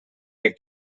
they